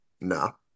no